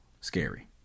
scary